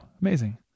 Amazing